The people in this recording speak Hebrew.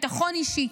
ביטחון אישי,